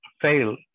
fail